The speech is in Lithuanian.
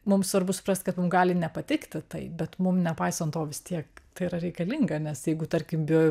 mums svarbu suprast kad mums gali nepatikti tai bet mum nepaisant to vis tiek tai yra reikalinga nes jeigu tarkim bio